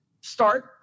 start